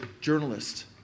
journalist